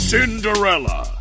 Cinderella